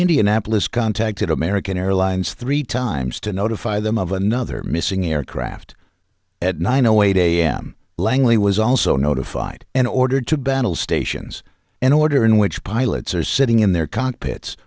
indianapolis contacted american airlines three times to notify them of another missing aircraft at nine o eight a m langley was also notified and ordered to battle stations in order in which pilots are sitting in their cockpits